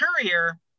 Courier